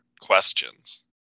questions